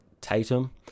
Tatum